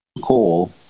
call